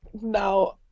now